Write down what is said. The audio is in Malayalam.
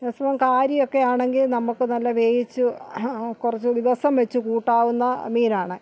അതേ സമയം കാരിയൊക്കെ ആണെങ്കിൽ നമുക്ക് നല്ല വേവിച്ച് കുറച്ചുകൂടി ദിവസം വെച്ച് കൂട്ടാവുന്ന മീനാണ്